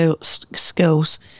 skills